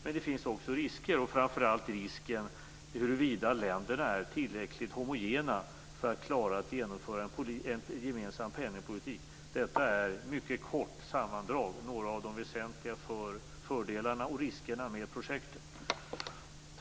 Men det finns också risker, framför allt när det gäller huruvida länderna är tillräckligt homogena för att klara en gemensam penningpolitik. Detta är i ett mycket kort sammandrag några av de väsentliga fördelarna och riskerna med projektet.